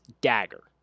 dagger